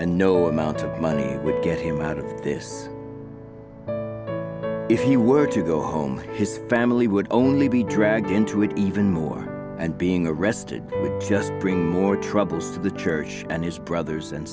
and no amount of money would get him out of this if he were to go home his family would only be dragged into it even more and being arrested just bring more troubles to the church and his brothers and